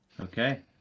okay